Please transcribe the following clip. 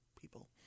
people